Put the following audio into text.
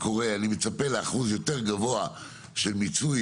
אני מצפה לאחוז יותר גבוה של מיצוי